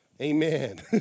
Amen